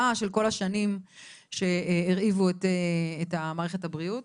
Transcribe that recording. של כל השנים שהרעיבו את מערכת הבריאות.